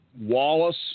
Wallace